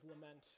lament